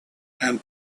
and